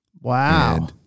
Wow